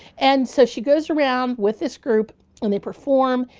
and so she goes around with this group and they perform,